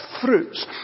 fruits